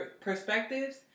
perspectives